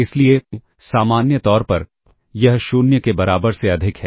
इसलिए सामान्य तौर पर यह 0 के बराबर से अधिक है